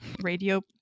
radio